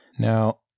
Now